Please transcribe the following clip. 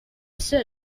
sit